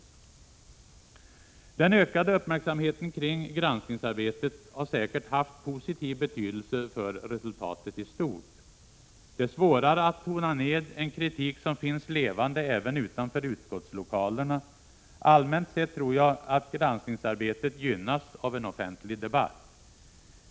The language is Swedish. Den ökade uppmärksamheten kring granskningsarbetet har säkert haft positiv betydelse för resultatet i stort. Det är svårare att tona ned en kritik som finns levande även utanför utskottslokalerna. Allmänt sett tror jag att granskningsarbetet gynnas av en offentlig debatt.